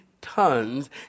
tons